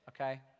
okay